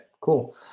cool